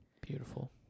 Beautiful